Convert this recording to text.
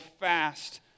fast